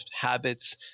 habits